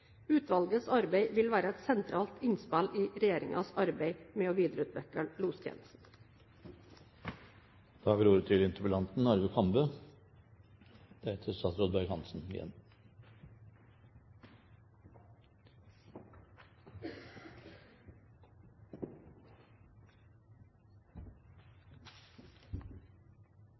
Utvalgets arbeid vil være et sentralt innspill i regjeringens arbeid med å videreutvikle